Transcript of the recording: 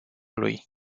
lui